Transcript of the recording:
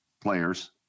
players